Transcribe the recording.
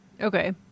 Okay